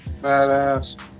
Badass